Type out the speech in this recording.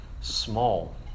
small